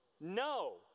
No